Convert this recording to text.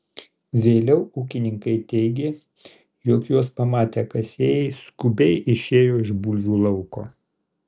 vėliau ūkininkai teigė jog juos pamatę kasėjai skubiai išėjo iš bulvių lauko